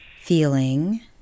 feeling